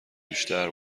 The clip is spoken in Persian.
بیشتر